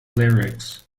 lyrics